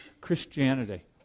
Christianity